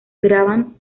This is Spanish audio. graban